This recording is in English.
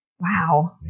Wow